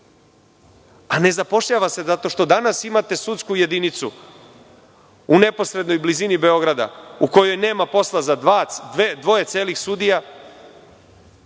Ne zapošljava se zato što danas imate sudsku jedinicu u neposrednoj blizini Beograda, u kojoj nema posla za dvoje celih sudija,